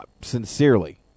sincerely